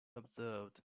observed